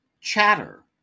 Chatter